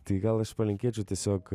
tai gal aš palinkėčiau tiesiog